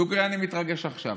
דוגרי, אני מתרגש עכשיו.